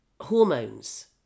hormones